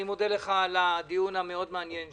אני מודה לך על הדיון המעניין מאוד,